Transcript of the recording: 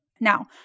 Now